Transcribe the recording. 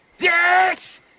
Yes